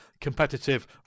competitive